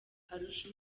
arusha